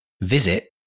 visit